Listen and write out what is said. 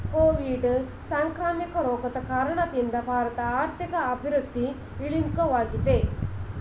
Covid ಸಾಂಕ್ರಾಮಿಕ ರೋಗದ ಕಾರಣದಿಂದ ಭಾರತದ ಆರ್ಥಿಕ ಅಭಿವೃದ್ಧಿ ಇಳಿಮುಖವಾಗಿದೆ